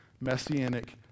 messianic